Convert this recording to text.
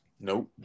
Nope